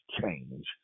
change